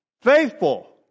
Faithful